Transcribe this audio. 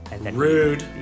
Rude